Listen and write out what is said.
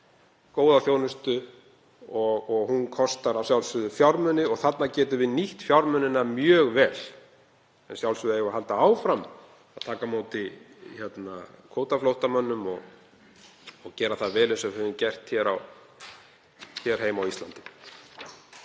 góða þjónustu. Hún kostar að sjálfsögðu fjármuni og þarna getum við nýtt fjármunina mjög vel. En að sjálfsögðu eigum við að halda áfram að taka á móti kvótaflóttamönnum og gera það vel, eins og við höfum gert hér heima á Íslandi.